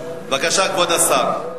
כבוד השר,